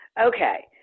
Okay